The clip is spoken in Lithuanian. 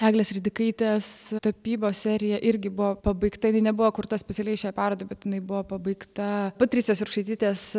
eglės ridikaitės tapybos serija irgi buvo pabaigta nebuvo kurta specialiai šiai parodai bet jinai buvo pabaigta patricijos jurkšaitytės